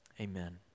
Amen